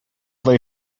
they